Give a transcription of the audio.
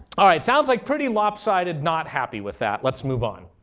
all right. sounds like pretty lopsided, not happy with that. let's move on.